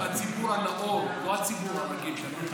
הציבור הנאור, לא הציבור הרגיל, אתה לא מבין?